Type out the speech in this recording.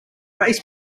bass